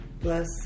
plus